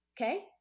Okay